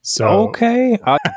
Okay